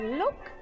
look